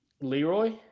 Leroy